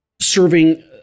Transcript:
serving